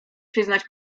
przyznać